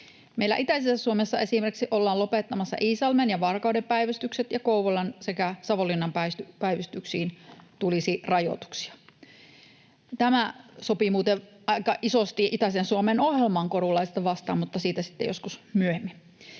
Meillä itäisessä Suomessa esimerkiksi ollaan lopettamassa Iisalmen ja Varkauden päivystykset, ja Kouvolan sekä Savonlinnan päivystyksiin tulisi rajoituksia. — Tämä muuten sotii aika isosti itäisen Suomen ohjelman korulauseita vastaan, mutta siitä sitten joskus myöhemmin.